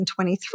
2023